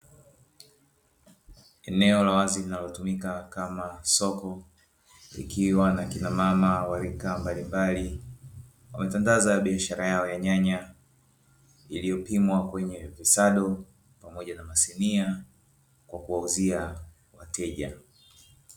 Eneo la wazi linalotumika kama soko likiwa na akina mama warika mbali mbali, wametandaza biashara yao ya nyanya iliyopimwa kwenye visado pamoja na masinia kwa kuwauzia wateja.